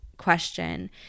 question